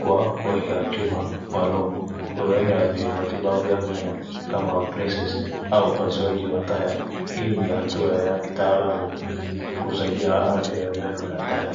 kwa kuweka chuma maalum. Huenda ni matibabu ya meno kama braces au upasuaji wa taya, hii ni hatua ya kitaalamu, kusaidia hao wenye meno ya taya.